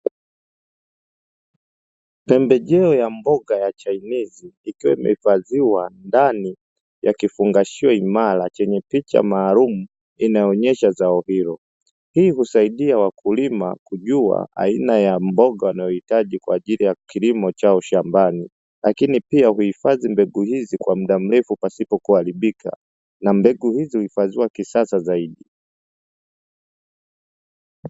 Pembejeo ya mboga ya chainizi ikiwa imehifadhiwa ndani ya kifungashio imara chenye picha maalumu inayoonyesha zao hilo, hii husaidia wakulima kujua aina ya mboga wanayohitaji kwa ajili ya kilimo chao shambani lakini pia huhifadhi mbegu hizo kwa muda mrefu pasipo kuharibika na mbegu hizo huhifadhiwa kisasa zaidi.